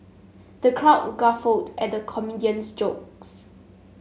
the crowd guffawed at the comedian's jokes